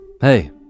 Hey